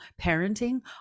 parenting